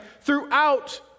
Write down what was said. throughout